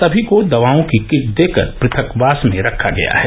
सभी को दवाओं की किट देकर प्रथक्कवास में रखा गया है